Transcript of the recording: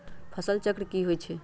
फसल चक्र की होई छै?